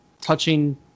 touching